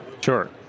Sure